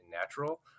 natural